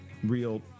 real